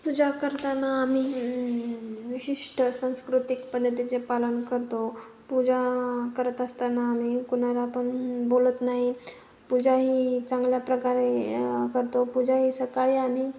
पूजा करताना आम्ही विशिष्ट संस्कृतिक पद्धतीचे पालन करतो पूजा करत असताना आम्ही कुणाला पण बोलत नाही पूजा ही चांगल्या प्रकारे करतो पूजा ही सकाळी आम्ही